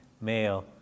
male